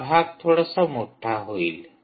हा भाग थोडासा मोठा होईल